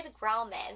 Grauman